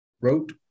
wrote